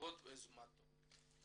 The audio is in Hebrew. בעקבות יוזמתו.